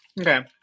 okay